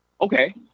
okay